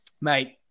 mate